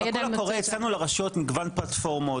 בקול הקורא הצענו לרשויות מגוון פלטפורמות,